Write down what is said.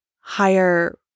higher